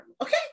Okay